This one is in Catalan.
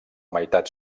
meitat